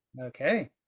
Okay